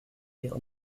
wir